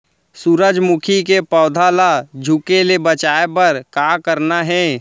सूरजमुखी के पौधा ला झुके ले बचाए बर का करना हे?